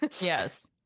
Yes